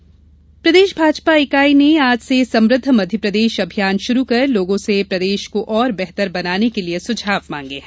समुद्व मप्र प्रदेश भाजपा इकाई ने आज से समृद्ध मध्यप्रदेश अभियान शुरू कर लोगों से प्रदेश को और बेहतर बनाने के लिये सुझाव मांगे है